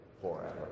forever